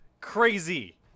crazy